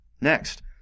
Next